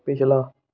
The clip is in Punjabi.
ਪਿਛਲਾ